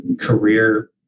career